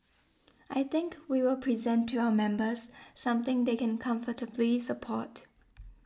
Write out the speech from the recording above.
I think we will present to our members something they can comfortably support